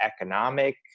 economic